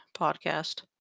podcast